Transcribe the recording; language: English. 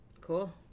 Cool